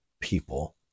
people